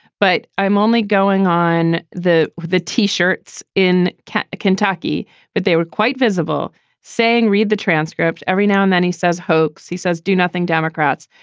but i'm only going on the the tee shirts in kentucky but they were quite visible saying read the transcript every now and then he says hoax he says do nothing democrats.